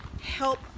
help